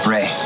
Ray